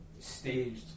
staged